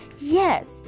yes